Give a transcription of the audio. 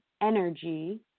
energy